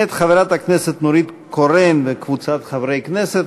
מאת חברת הכנסת נורית קורן וקבוצת חברי הכנסת.